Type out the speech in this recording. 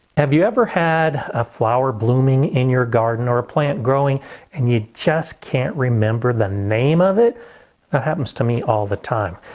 have you ever had a flower blooming in your garden or a plant growing and you just can't remember the name of it? that happens to me all the time.